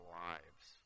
lives